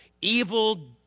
evil